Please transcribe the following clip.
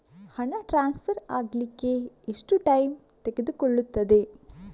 ಹಣ ಟ್ರಾನ್ಸ್ಫರ್ ಅಗ್ಲಿಕ್ಕೆ ಎಷ್ಟು ಟೈಮ್ ತೆಗೆದುಕೊಳ್ಳುತ್ತದೆ?